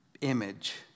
image